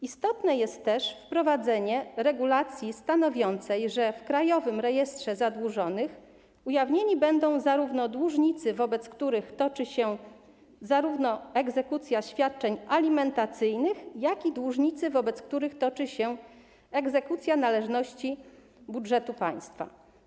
Istotne jest też wprowadzenie regulacji stanowiącej, że w Krajowym Rejestrze Zadłużonych ujawnieni będą zarówno dłużnicy, wobec których toczy się egzekucja świadczeń alimentacyjnych, jak i dłużnicy, wobec których toczy się egzekucja należności budżetu państwa.